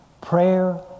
prayer